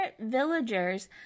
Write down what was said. villagers